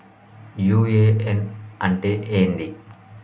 UAN అంటే ఏంది?